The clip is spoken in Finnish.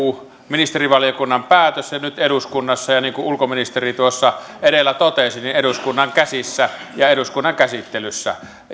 ministerivaliokunnan päätös ja nyt eduskunnassa ja niin kuin ulkoministeri tuossa edellä totesi eduskunnan käsissä ja eduskunnan käsittelyssä